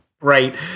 Right